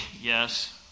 Yes